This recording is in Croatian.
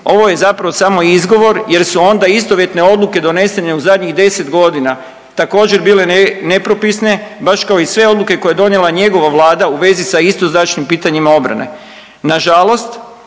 Ovo je zapravo samo izgovor, jer su onda istovjetne odluke donesene u zadnjih 10 godina također bile nepropisne baš kao i sve odluke koje je donijela njegova Vlada u vezi sa istoznačnim pitanjima obrane. Na žalost,